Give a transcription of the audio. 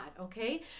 okay